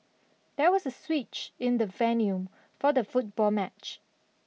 there was a switch in the venue for the football match